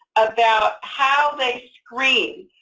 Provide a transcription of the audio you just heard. about how they screen.